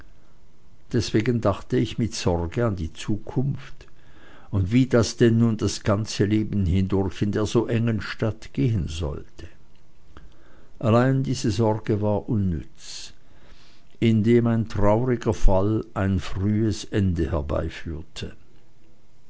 deswegen dachte ich mit sorge an die zukunft und wie das denn nun das ganze leben hindurch in der so engen stadt gehen sollte allein diese sorge war unnütz indem ein trauriger fall ein frühes ende herbeiführte